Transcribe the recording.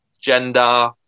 gender